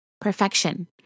perfection